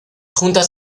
juntas